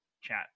chat